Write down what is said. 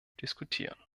diskutieren